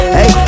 Hey